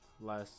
less